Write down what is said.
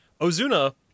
Ozuna